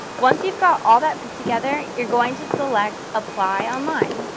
once you've got all that put together, you're going to select apply online.